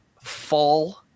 Fall